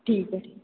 ठीक है ठी